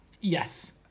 Yes